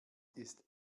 ist